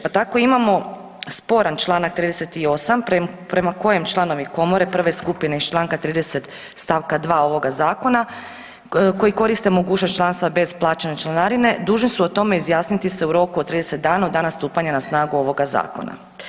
Pa tako imamo sporan Članak 38. prema kojem članovi komore prve skupine iz Članka 30. stavka 2. koji koriste mogućnost članstva bez plaćanja članarine dužni su o tome izjasniti se u roku od 30 dana od dana stupanja na snagu ovoga zakona.